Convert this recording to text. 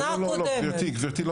גברתי,